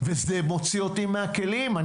וזה מוציא אותי מהכלים.